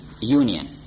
union